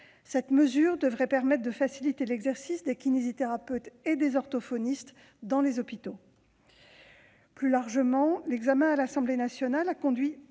cette mesure devrait permettre de faciliter l'exercice des kinésithérapeutes et des orthophonistes dans les hôpitaux. Plus largement, l'examen à l'Assemblée nationale a conduit